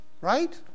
Right